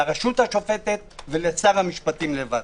לרשות השופטת ולשר המשפטים לבד.